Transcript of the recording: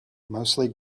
mostly